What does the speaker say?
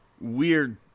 weird